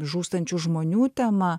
žūstančių žmonių tema